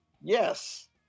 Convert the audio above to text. Yes